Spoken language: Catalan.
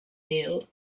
nil